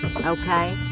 Okay